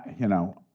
you know,